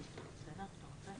ההסתדרות, יו"ר אגף הפנסיה.